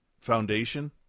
foundation